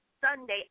Sunday